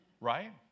Right